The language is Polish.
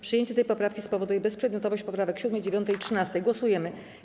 Przyjęcie tej poprawki spowoduje bezprzedmiotowość poprawek 7., 9. i 13. Głosujemy.